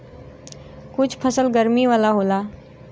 कुछ फसल गरमी वाला होला